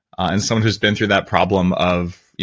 and someone who's been through that problem of,